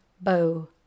bow